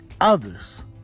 others